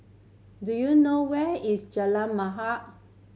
do you know where is Jalan